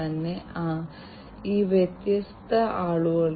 അതിനാൽ നമുക്ക് ഇവ ഓരോന്നായി എടുക്കാം